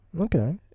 Okay